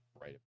right